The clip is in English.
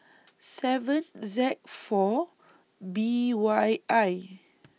seven Z four B Y I